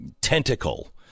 tentacle